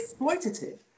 exploitative